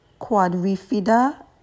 quadrifida